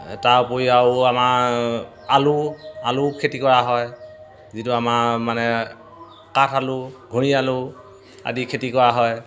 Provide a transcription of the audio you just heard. তাৰ উপৰি আৰু আমাৰ আলু আলু খেতি কৰা হয় যিটো আমাৰ মানে কাঠ আলু ঘূৰি আলু আদি খেতি কৰা হয়